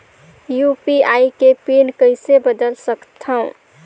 UPI के PIN कइसे बदल सकथव?